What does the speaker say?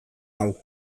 hau